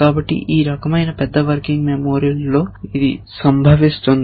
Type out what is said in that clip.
కాబట్టి ఈ రకమైన పెద్ద వర్కింగ్ మెమరీ లో సంభవిస్తుంది